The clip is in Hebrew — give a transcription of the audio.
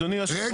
אדוני היו"ר,